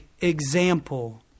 example